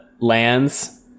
lands